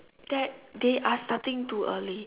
that they are starting too early